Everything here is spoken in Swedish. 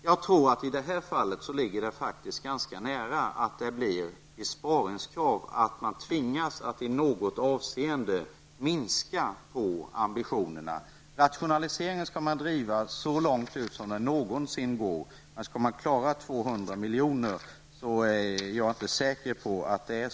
Jag tror att det i det här fallet ligger ganska nära till hands att det blir fråga om besparingskrav. Man tvingas att i något avseende minska ambitionerna. Rationalisering skall man driva så långt det är möjligt, men jag tror inte att det är särskilt lätt att klara 200 miljoner.